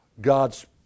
God's